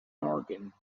organ